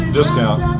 discount